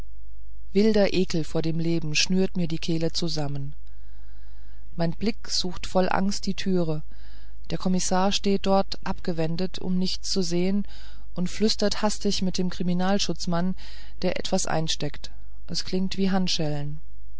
wilder ekel vor dem leben schnürt mir die kehle zusammen mein blick sucht voll angst die ture der kommissär steht dort abgewendet um nichts zu sehen und flüstert hastig mit dem kriminalschutzmann der etwas einsteckt es klirrt wie